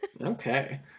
Okay